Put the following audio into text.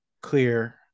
clear